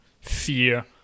fear